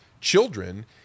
children